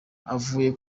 avuye